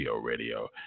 Radio